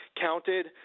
counted